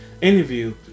interview